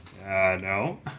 no